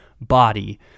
body